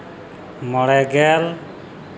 ᱢᱚᱬᱮ ᱜᱮᱞ